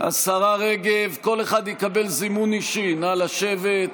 השרה רגב, כל אחד יקבל זימון אישי, נא לשבת.